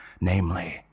namely